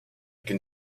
can